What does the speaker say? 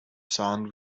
sand